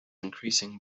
increasing